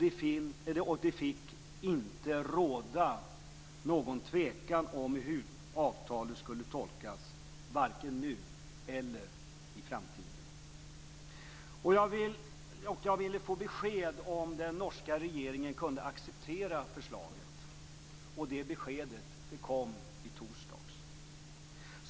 Det fick inte råda någon tvekan om hur avtalet skulle tolkas, varken nu eller i framtiden. Jag ville få besked om den norska regeringen kunde acceptera förslaget. Det beskedet kom i torsdags.